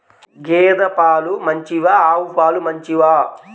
గేద పాలు మంచివా ఆవు పాలు మంచివా?